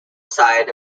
side